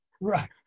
right